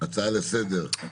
הצעה לסדר-היום.